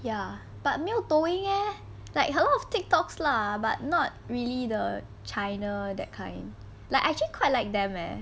ya but 没有抖音 eh like a lot of tiktoks lah but not really the china that kind like I actually quite like them leh